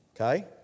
Okay